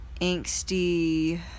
angsty